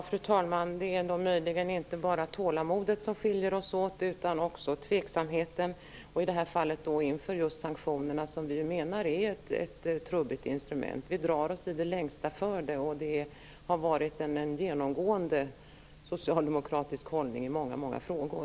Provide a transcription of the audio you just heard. Fru talman! Det är möjligen inte bara tålamodet som skiljer oss åt utan också tveksamheten, i det här fallet inför sanktionerna. Vi menar att de är ett trubbigt instrument. Vi drar oss i det längsta för det. Det har varit en genomgående socialdemokratisk hållning i många frågor.